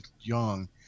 young